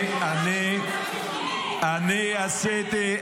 אני עשיתי,